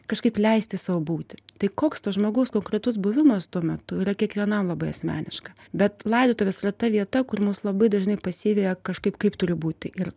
kažkaip leisti sau būti tai koks to žmogaus konkretus buvimas tuo metu yra kiekvienam labai asmeniška bet laidotuvės yra ta vieta kur mums labai dažnai pasiveja kažkaip kaip turi būti ir